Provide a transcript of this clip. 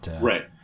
Right